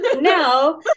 now